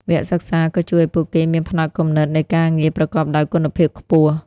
វគ្គសិក្សាក៏ជួយឱ្យពួកគេមានផ្នត់គំនិតនៃការងារប្រកបដោយគុណភាពខ្ពស់។